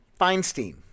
Feinstein